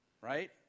right